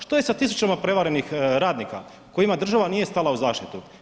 Što je sa tisućama prevarenih radnika kojima država nije stala u zaštitu?